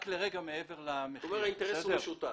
אתה אומר שהאינטרס הוא משותף.